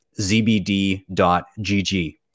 zbd.gg